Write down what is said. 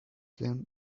them